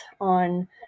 on